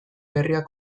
berriak